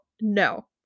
No